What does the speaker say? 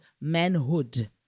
manhood